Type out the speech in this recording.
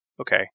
Okay